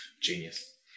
Genius